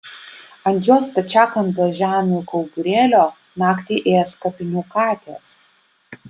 ant jos stačiakampio žemių kauburėlio naktį ės kapinių katės